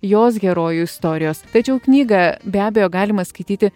jos herojų istorijos tačiau knygą be abejo galima skaityti